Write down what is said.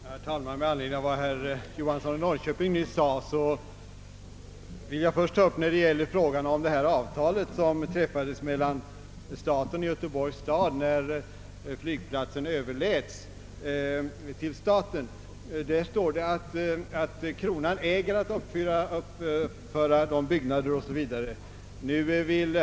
Herr talman! Med anledning av vad herr Johansson i Norrköping nyss sade vill jag först ta upp frågan om det avtal som träffades mellan staten och Göteborgs stad, när flygplatsen överläts till staten. Där står det att kronan äger uppföra byggnader o.s.v.